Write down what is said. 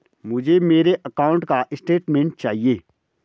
मुझे मेरे अकाउंट का स्टेटमेंट चाहिए?